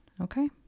okay